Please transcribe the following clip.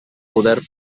favorable